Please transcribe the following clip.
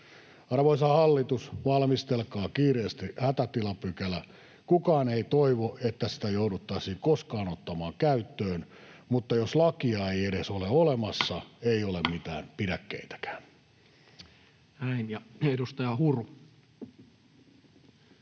Arvoisa hallitus! Valmistelkaa kiireesti hätätilapykälä. Kukaan ei toivo, että sitä jouduttaisiin koskaan ottamaan käyttöön, mutta jos lakia ei edes ole olemassa, ei ole mitään pidäkkeitäkään. Näin. Ja edustaja Huru.